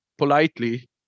politely